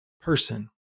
person